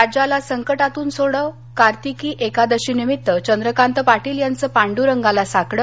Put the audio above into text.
राज्याला संकटातून सोडव कार्तिकी एकादशी निमित्त चंद्रकांत पाटील यांचं पांडुरंगाला साकड